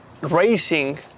racing